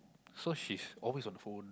so she's always on the phone